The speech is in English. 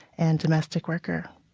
and domestic worker.